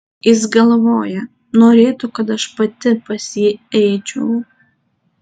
jis galvoja norėtų kad aš pati pas jį eičiau